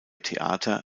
theater